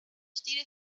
stile